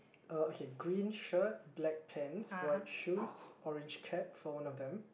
uh okay green shirt black pants white shoes orange cap for one of them